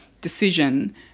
decision